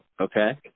Okay